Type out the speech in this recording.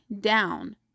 down